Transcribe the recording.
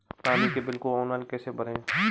पानी के बिल को ऑनलाइन कैसे भरें?